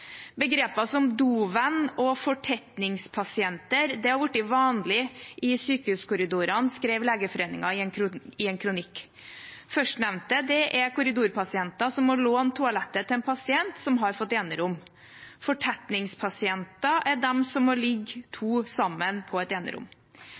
Begreper som «dovenn» og «fortetningspasienter» har blitt vanlig i sykehuskorridorene, skrev Legeforeningen i en kronikk. Førstnevnte er korridorpasienter som må låne toalettet til en pasient som har fått enerom. Fortetningspasienter er de som må ligge to